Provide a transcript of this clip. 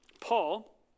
Paul